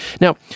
Now